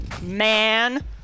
Man